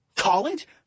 college